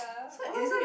so isn't it